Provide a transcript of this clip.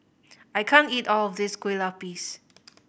I can't eat all of this Kueh Lapis